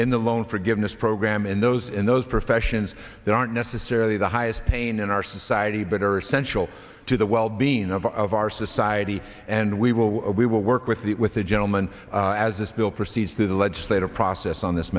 in the loan forgiveness program in those in those professions that aren't necessarily the highest pain in our society but are essential to the well being of our society and we will we will work with that with the gentleman as this bill proceeds through the legislative process on this